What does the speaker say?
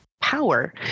power